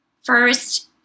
First